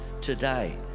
today